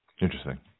Interesting